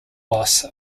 loss